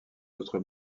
autres